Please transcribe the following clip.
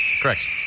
Correct